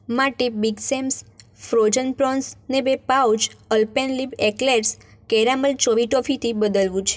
માટે big Sam's frozen પ્રોન્સને બે pouch Alpenliebe eclairs caramel chewy ટોફીથી બદલવું છે